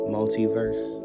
Multiverse